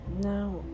now